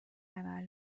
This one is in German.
einer